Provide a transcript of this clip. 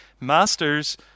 masters